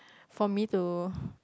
for me to